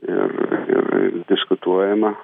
ir ir ir diskutuojama